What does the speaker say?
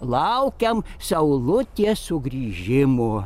laukiam saulutės sugrįžimo